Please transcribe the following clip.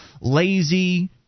lazy